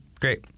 Great